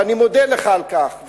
ואני מודה לך על כך,